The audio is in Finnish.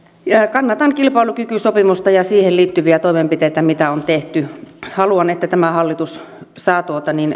kannatan kilpailukykysopimusta ja siihen liittyviä toimenpiteitä mitä on tehty haluan että tämä hallitus saa